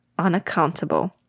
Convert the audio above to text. unaccountable